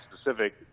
specific